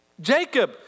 Jacob